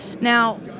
Now